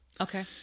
Okay